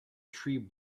tree